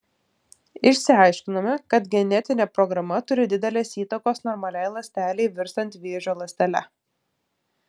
išsiaiškinome kad genetinė programa turi didelės įtakos normaliai ląstelei virstant vėžio ląstele